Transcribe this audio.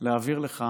להעביר לך